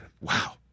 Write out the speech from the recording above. Wow